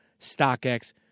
StockX